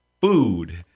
food